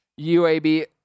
UAB